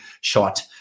shot